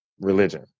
religion